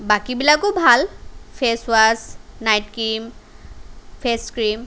বাকীবিলাকো ভাল ফেচ ৱাশ্ব night cream face cream